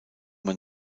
man